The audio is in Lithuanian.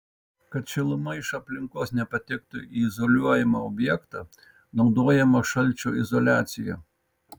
kad šiluma iš aplinkos nepatektų į izoliuojamą objektą naudojama šalčio izoliacija